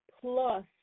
Plus